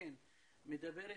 אני מצפה כאן שאנחנו נצא, דבר ראשון,